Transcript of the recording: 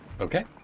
Okay